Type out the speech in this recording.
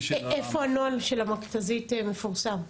--- איפה הנוהל של המכת"זית מפורסם,